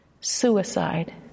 suicide